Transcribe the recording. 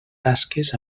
tasques